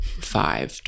five